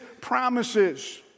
promises